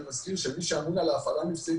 אני מזכיר שמי שאמון על ההפעלה המבצעית